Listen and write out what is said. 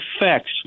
effects